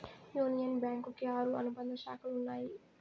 union bank కి ఆరు అనుబంధ శాఖలు ఉన్నాయి